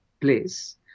place